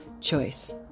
choice